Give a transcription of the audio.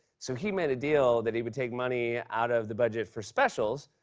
so he made a deal that he would take money out of the budget for specials,